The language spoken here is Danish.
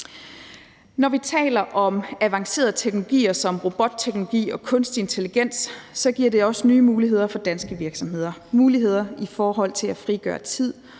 Når vi taler om avancerede teknologier som robotteknologi og kunstig intelligens, giver det også nye muligheder for danske virksomheder – muligheder i forhold til at frigøre tid,